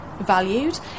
Valued